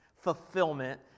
fulfillment